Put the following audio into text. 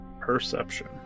Perception